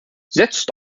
setzt